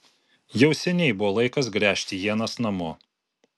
jau seniai buvo laikas gręžti ienas namo